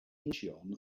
incheon